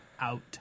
out